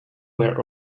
were